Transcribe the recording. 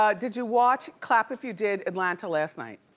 um did you watch, clap if you did, atlanta last night.